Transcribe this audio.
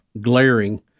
glaring